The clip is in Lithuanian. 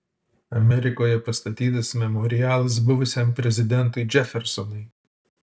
amerikoje pastatytas memorialas buvusiam prezidentui džefersonui